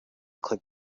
click